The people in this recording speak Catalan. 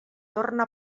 torna